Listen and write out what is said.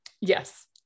yes